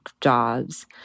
jobs